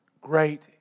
Great